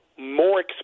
More